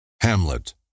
Hamlet